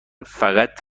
فقط